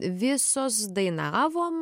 visos dainavom